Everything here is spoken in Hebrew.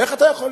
איך אתה יכול?